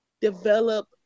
develop